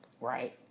Right